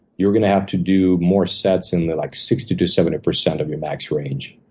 you're gonna have to do more sets in the like sixty to seventy percent of your max range.